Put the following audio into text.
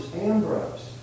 Ambrose